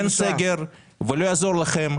אין סגר, ולא יעזור לכם.